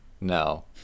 no